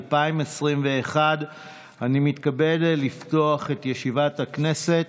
2021. אני מתכבד לפתוח את ישיבת הכנסת.